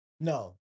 No